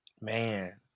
Man